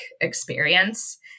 experience